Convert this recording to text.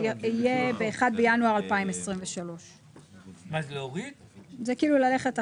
יהיה "ב-1 בינואר 2023". זה כאילו ללכת אחורה.